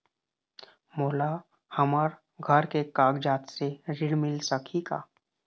मोला हमर घर के कागजात से ऋण मिल सकही का?